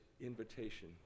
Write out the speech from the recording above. invitation